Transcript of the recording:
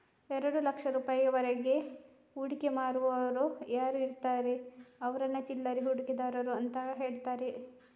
ಎರಡು ಲಕ್ಷ ರೂಪಾಯಿಗಳವರೆಗೆ ಹೂಡಿಕೆ ಮಾಡುವವರು ಯಾರು ಇರ್ತಾರೆ ಅವ್ರನ್ನ ಚಿಲ್ಲರೆ ಹೂಡಿಕೆದಾರರು ಅಂತ ಹೇಳ್ತಾರೆ